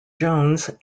jones